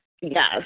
Yes